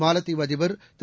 மாலத்தீவு அதிபர் திரு